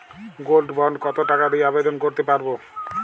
Gold bond কত টাকা দিয়ে আবেদন করতে পারবো?